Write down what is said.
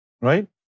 Right